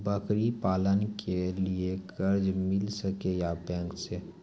बकरी पालन के लिए कर्ज मिल सके या बैंक से?